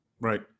Right